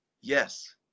Yes